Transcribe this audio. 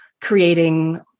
creating